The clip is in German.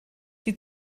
die